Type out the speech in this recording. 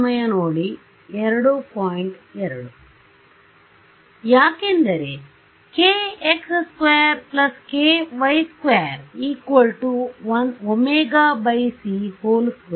ಯಾಕೆಂದರೆ kx2ky2 ωc2